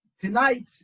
Tonight